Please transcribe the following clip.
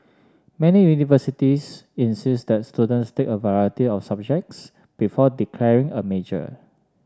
many universities insist that students take a variety of subjects before declaring a major